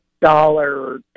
dollar